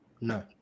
No